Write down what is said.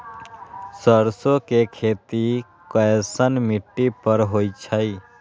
सरसों के खेती कैसन मिट्टी पर होई छाई?